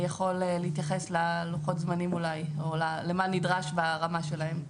אולי יכול להתייחס ללוחות הזמנים או למה שנדרש ברמה שלהם.